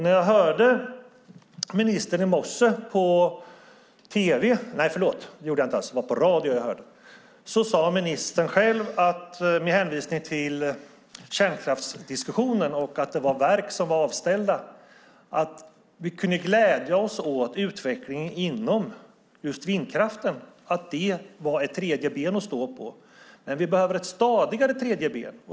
När jag hörde ministern i morse på radio sade ministern själv - med hänvisning till kärnkraftsdiskussionen och att det fanns verk som var avställda - att vi kunde glädja oss åt utvecklingen inom just vindkraften, att det var ett tredje ben att stå på. Men vi behöver ett stadigare tredje ben.